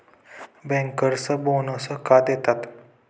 Bankers bonus का देतात?